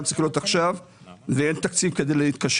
צריך להיות עכשיו ואין את מלוא התקציב כדי להתקשר.